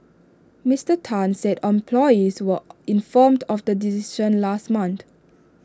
Mister Tan said employees were informed of the decision last month